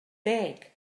deg